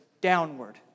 downward